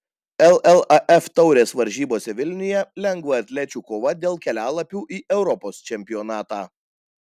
llaf taurės varžybose vilniuje lengvaatlečių kova dėl kelialapių į europos čempionatą